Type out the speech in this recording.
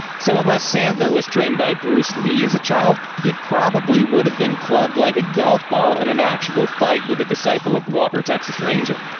so unless sandler was trained by bruce lee as a child, he probably would have been clubbed like a golf ball in an actual fight with a disciple of walker, texas ranger.